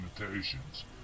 limitations